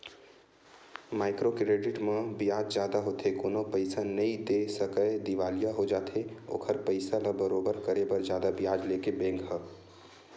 micro credit म बियाज जादा होथे कोनो पइसा नइ दे सकय दिवालिया हो जाथे ओखर पइसा ल बरोबर करे बर जादा बियाज लेथे बेंक ह